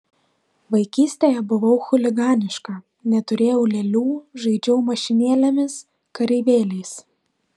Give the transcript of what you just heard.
vaikystėje buvau chuliganiška neturėjau lėlių žaidžiau mašinėlėmis kareivėliais